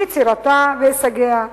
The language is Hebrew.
יצירתה והישגיה,